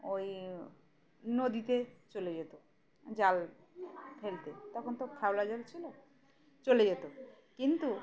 ওই নদীতে চলে যেত জাল ফেলতে তখন তো খাওলা জাল ছিল চলে যেত কিন্তু